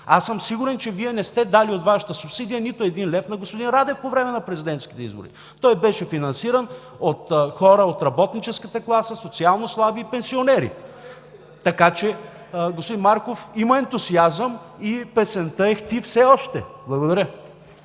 си. Сигурен съм, че Вие не сте дали от Вашата субсидия нито един лев на господин Радев по време на президентските избори! Той беше финансиран от хора от работническата класа, социално слаби и пенсионери. (Реплика от „БСП за България“.) Така че, господин Марков, има ентусиазъм и песента ехти все още! Благодаря.